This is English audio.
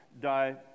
die